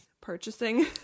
purchasing